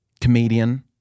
comedian